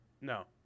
No